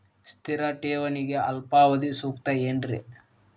ಸ್ಥಿರ ಠೇವಣಿಗೆ ಅಲ್ಪಾವಧಿ ಸೂಕ್ತ ಏನ್ರಿ?